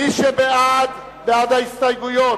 מי שבעד, בעד ההסתייגויות,